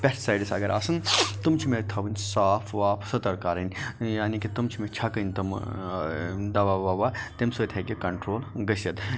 pesticides اگر آسَن تِم چھِ مےٚ تھاوٕنۍ صاف واف ستر کَرٕنۍ یعنے کہِ تِم چھِ مےٚ چھَکٕنۍ تِم دَوا وَوا تمہِ سۭتۍ ہیٚکہِ کَنٹرول گٔژھِتھ